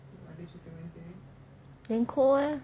then koh leh